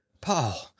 paul